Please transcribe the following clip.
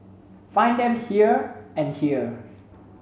find them here and here